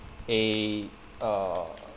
they uh